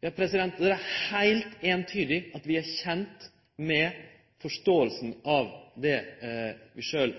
er kjende med forståinga av det